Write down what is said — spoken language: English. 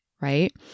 right